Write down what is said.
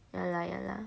ya lah ya lah